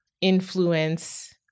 influence